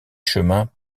chemins